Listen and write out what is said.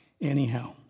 anyhow